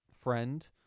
friend